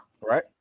Right